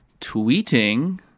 tweeting